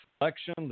election